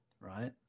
Right